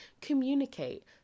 communicate